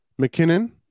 McKinnon